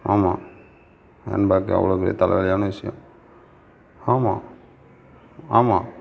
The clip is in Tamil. ஆமாம் ஹேண்ட்பேக் அவ்வளோ பெரிய தலை வலியான விஷயம் ஆமாம் ஆமாம்